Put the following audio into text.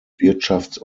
wirtschafts